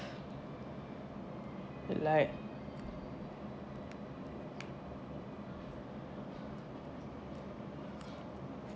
like